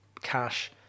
cash